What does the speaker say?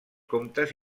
comptes